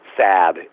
sad